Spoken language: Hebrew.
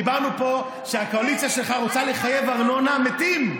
דיברנו פה על כך שהקואליציה שלך רוצה לחייב ארנונה על מתים.